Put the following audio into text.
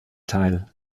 teil